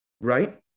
right